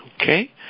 Okay